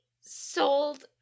sold